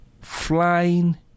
flying